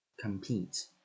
Compete